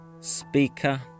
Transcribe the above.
speaker